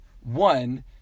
one